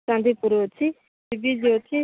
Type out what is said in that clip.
ଚାନ୍ଦିପୁର ଅଛି sea beach ଅଛି